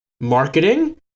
marketing